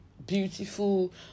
beautiful